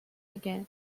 again